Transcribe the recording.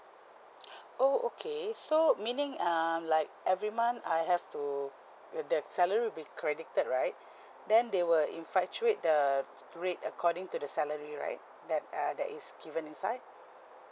oh okay so meaning um like every month I have to that salary will be credited right then they will in~ fluctuate the rate according to the salary right that uh that is given inside